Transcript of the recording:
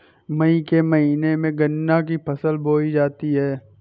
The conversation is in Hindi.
मई के महीने में गन्ना की फसल बोई जाती है